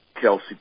kelsey